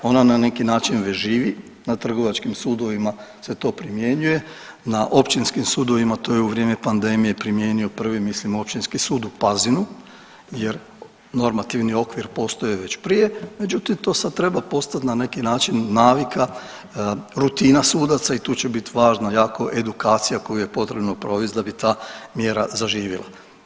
Ona na neki način već živi na trgovačkim sudovima se to primjenjuje, na općinskim sudovima to je u vrijeme pandemije primijenio prvi mislim Općinski sud u Pazinu jer normativni okvir postoji već prije, međutim to sad treba postat na neki način navika, rutina sudaca i tu će biti važna jako edukacija koju je potrebno provest da bi ta mjera zaživjela.